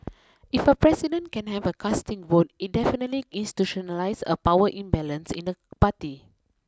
if a president can have a casting vote it definitely institutionalises a power imbalance in the party